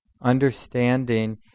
Understanding